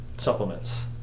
Supplements